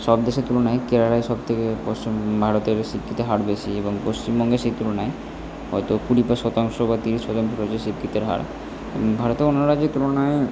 সব দেশের তুলনায় কেরালায় সবথেকে পশ্চিম ভারতের শিক্ষিতের হার বেশি এবং পশ্চিমবঙ্গে সেই তুলনায় হয়তো কুড়ি পার শতাংশ বা তিরিশ শতাংশ রয়েছে শিক্ষিতের হার ভারতের অন্যান্য রাজ্যের তুলনায়